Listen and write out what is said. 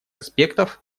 аспектов